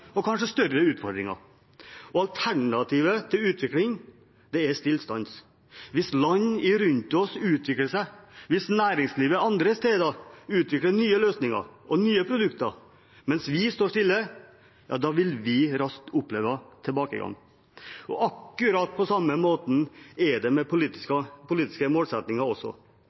og kanskje større utfordringer. Alternativet til utvikling er stillstand. Hvis land rundt oss utvikler seg, hvis næringslivet andre steder utvikler nye løsninger og nye produkter mens vi står stille, vil vi raskt oppleve tilbakegang. Akkurat på samme måte er det med politiske målsettinger.